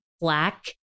Black